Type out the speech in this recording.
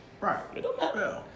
Right